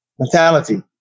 mentality